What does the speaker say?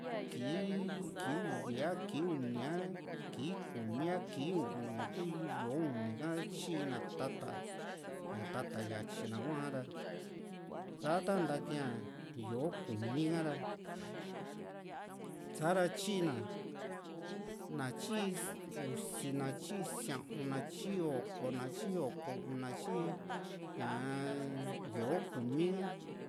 kii ki uvi a kii uni a kii kumi a kii u´un ñaku yó´o ini ka tyiina tata ña tata yatyina huara sa ta ntakiaa yó´o kumi ka ra sa´ra tyina na tyi usi na tyi sia´un na tyi oko na tyi oko u´un na tyi ñaa yo kumi ka